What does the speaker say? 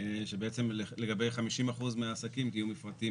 שבעצם לגבי 50% מהעסקים יהיו מפרטים